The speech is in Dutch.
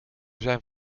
zijn